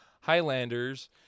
Highlanders